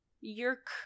Yerk